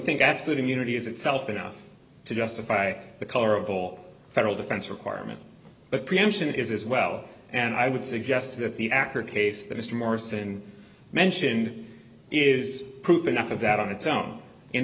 think absolute immunity is itself enough to justify the colorable federal defense requirement but preemption is as well and i would suggest that the acar case that mr morrison mentioned is proof enough of that on its own in